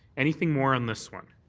anything more on this one?